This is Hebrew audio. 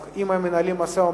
אז אם הם מנהלים משא-ומתן,